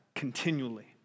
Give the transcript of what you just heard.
continually